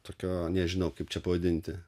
tokio nežinau kaip čia pavadinti